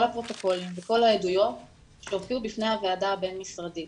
הפרוטוקולים וכל העדויות שהופיעו בפני הוועדה הבין משרדית